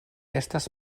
estas